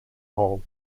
hall